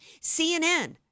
CNN